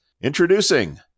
Introducing